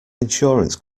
insurance